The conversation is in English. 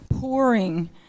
pouring